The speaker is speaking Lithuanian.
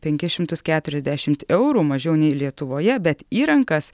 penkis šimtus keturiasdešimt eurų mažiau nei lietuvoje bet į rankas